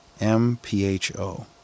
M-P-H-O